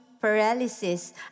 paralysis